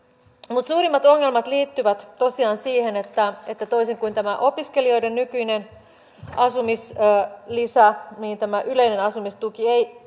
mutta suurimmat ongelmat liittyvät tosiaan siihen että toisin kuin tämä opiskelijoiden nykyinen asumislisä tämä yleinen asumistuki ei